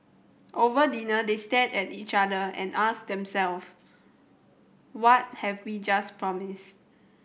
over dinner they stared at each other and asked themself What have we just promised